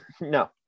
No